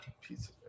pizza